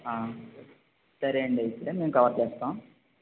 హా సరే అండీ ఐతే మేము కవర్ చేస్తాము